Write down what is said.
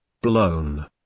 blown